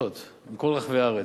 בכל רחבי הארץ,